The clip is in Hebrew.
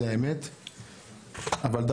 אבל,